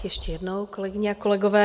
Tak ještě jednou, kolegyně a kolegové.